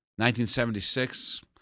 1976